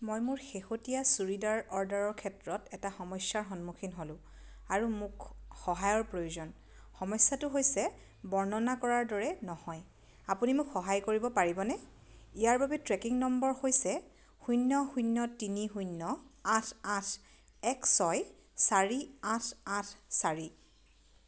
মই মোৰ শেহতীয়া চুৰিদাৰ অৰ্ডাৰৰ ক্ষেত্ৰত এটা সমস্যাৰ সন্মুখীন হ'লোঁ আৰু মোক সহায়ৰ প্ৰয়োজন সমস্যাটো হৈছে বৰ্ণনা কৰাৰ দৰে নহয় আপুনি মোক সহায় কৰিব পাৰিবনে ইয়াৰ বাবে ট্ৰেকিং নম্বৰ হৈছে শূন্য শূন্য তিনি শূন্য আঠ আঠ এক ছয় চাৰি আঠ আঠ চাৰি